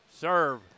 serve